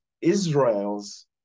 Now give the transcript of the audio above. Israel's